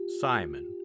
Simon